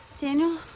Daniel